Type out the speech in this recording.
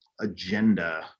agenda